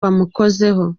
bamukozeho